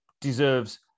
deserves